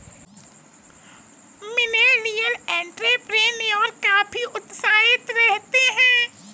millennial entrepreneur काफी उत्साहित रहते हैं